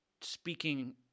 speaking